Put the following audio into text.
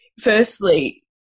firstly